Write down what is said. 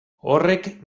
horrek